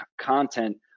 content